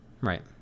right